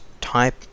type